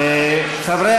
חברי